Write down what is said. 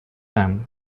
time